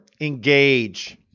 Engage